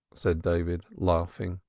said david laughing.